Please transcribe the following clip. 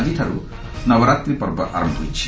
ଆଜିଠାରୁ ନବରାତ୍ରୀ ପର୍ବ ଆରମ୍ଭ ହୋଇଛି